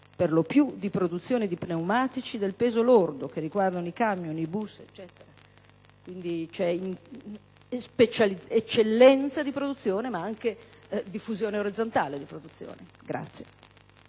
perlopiù di produzione di pneumatici del peso lordo, che riguardano i camion, i bus, eccetera. Quindi, vi è eccellenza, ma anche diffusione orizzontale di produzione.